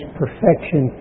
perfection